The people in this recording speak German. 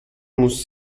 muss